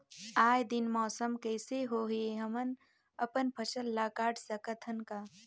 आय दिन मौसम कइसे होही, हमन अपन फसल ल काट सकत हन का?